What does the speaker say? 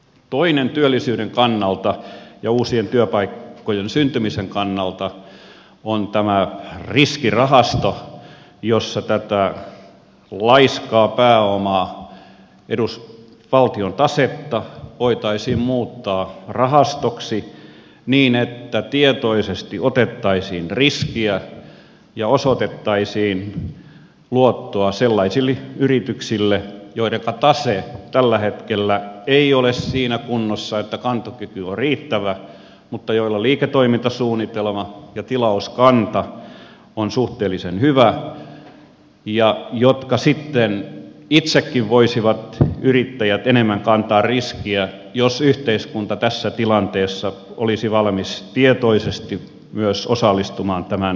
toinen työllisyyden kannalta ja uusien työpaikkojen syntymisen kannalta on tämä riskirahasto jossa tätä laiskaa pääomaa valtion tasetta voitaisiin muuttaa rahastoksi niin että tietoisesti otettaisiin riskiä ja osoitettaisiin luottoa sellaisille yrityksille joidenka tase tällä hetkellä ei ole siinä kunnossa että kantokyky on riittävä mutta joilla on liiketoimintasuunnitelma ja tilauskanta on suhteellisen hyvä ja jotka sitten itsekin voisivat yrittäjät enemmän kantaa riskiä jos yhteiskunta tässä tilanteessa olisi valmis tietoisesti myös osallistumaan tämän riskin kantoon